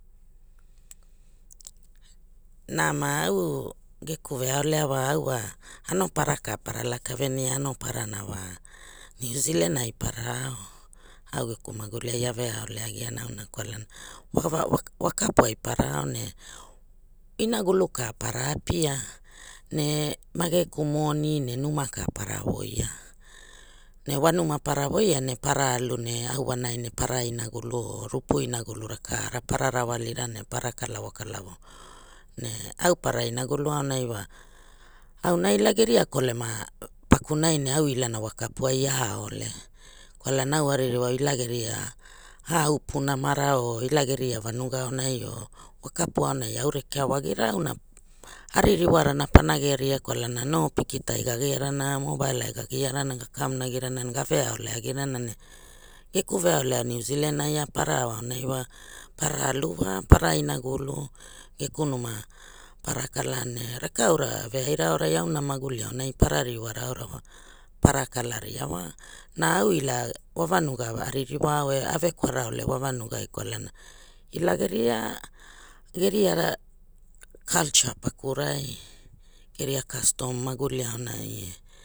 Nama augeku veaolea wa au wa anopara kapara lakavenia anoparana wa New Zealand ai para ao, augeku mahulia ai aveaolea agiana auna kwalana wa kapuai para ao ne inagulu ka para apia, ne ma geku moni ne numa ka para voia, ne wa numa para waia ne para alu ne au wanai ne para inagulu or rupu inagulu ra kara para rawalira ne para kalavo kalavo ne au para inagulu aonai wa, auna gila geria kolema pakunai ne au ilana wa kapuai aole kwalana au a ririwao hia geria kapu namara or hila geria vanuga aonai or wa kapuai au rekera wa para alu wa para inagulu geku numa maguli aunai para ririwara aura wa para kalaria wa na au ila wa vanuga wa aririwao eh avehwara ole wa vanugai kwalana gila geria culture pakurai geria custom maguli aonai eh.